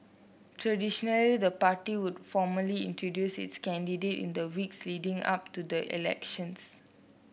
traditionally the party would formally introduce its candidate in the weeks leading up to the elections